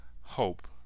hope